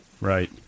Right